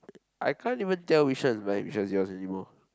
I can't even tell which one is mine which one is yours anymore